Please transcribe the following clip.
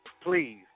please